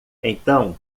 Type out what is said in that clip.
então